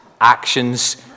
actions